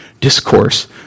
discourse